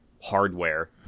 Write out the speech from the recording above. hardware